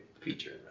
feature